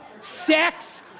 Sex